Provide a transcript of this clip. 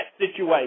situation